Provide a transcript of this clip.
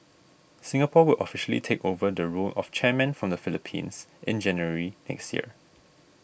Singapore will officially take over the role of chairman from the Philippines in January next year